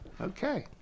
Okay